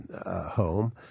home